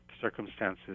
circumstances